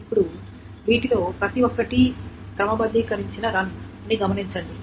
ఇప్పుడు వీటిలో ప్రతి ఒక్కటి క్రమబద్ధీకరించబడిన రన్ అని గమనించండి